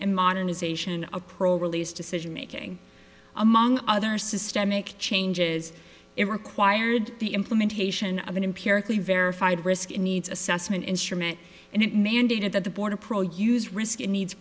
and modernization approach release decision making among other systemic changes it required the implementation of an empirical verified risk needs assessment instrument and it mandated that the border patrol use risk it needs